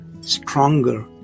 stronger